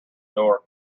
door